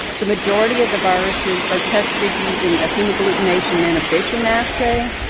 the majority of the viruses are tested using a hemagglutination inhibition assay.